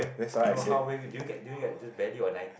no how do you get do you get just badly or ninety